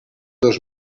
dos